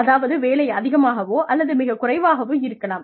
அதாவது வேலை அதிகமாகவோ அல்லது மிகக் குறைவாகவோ இருக்கலாம்